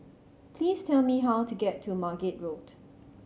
please tell me how to get to Margate Road